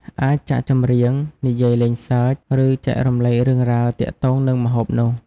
អាចចាក់ចម្រៀង និយាយលេងសើច ឬចែករំលែករឿងរ៉ាវទាក់ទងនឹងម្ហូបនោះ។